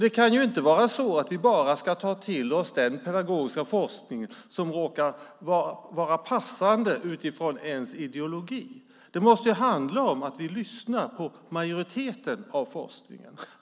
Det kan inte vara så att vi bara ska ta till oss den pedagogiska forskning som råkar passa den egna ideologin. Vi måste lyssna på majoriteten av forskningen.